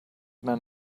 man